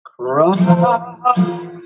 cross